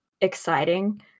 exciting